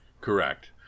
Correct